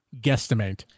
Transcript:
guesstimate